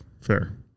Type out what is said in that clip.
fair